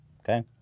Okay